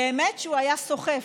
הוא באמת היה סוחף.